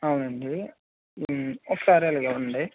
అవునండి ఒకసారి ఇలా ఇవ్వండి